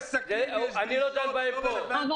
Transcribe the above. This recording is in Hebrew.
מייצר את מכסתו בלול המצוי ביישוב באזור עוטף